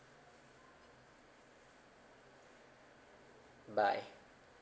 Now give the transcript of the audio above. bye